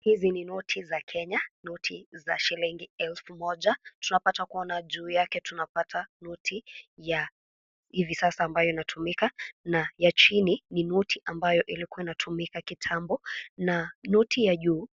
Hizi ni noti za Kenya, noti ya shilingi elfu moja, tunapata Kuona juu yake tunapata noti kwa hivi sasa inatumika na ya chini ni noti ambayo ilikuwa inatumika kitambo, na noti ya juu